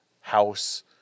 house